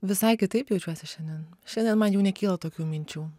visai kitaip jaučiuosi šiandien šiandien man jau nekyla tokių minčių